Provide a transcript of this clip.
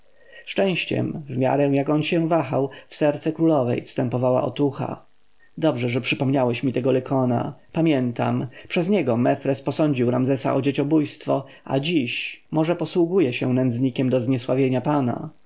szczęściem w miarę jak on się wahał w serce królowej wstępowała otucha dobrze że przypomniałeś mi tego lykona pamiętam przez niego mefres posądził ramzesa o dzieciobójstwo a dziś może posługuje się nędznikiem do zniesławienia pana